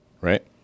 right